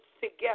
together